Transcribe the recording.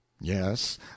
yes